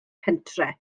pentref